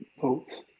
votes